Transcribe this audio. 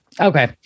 Okay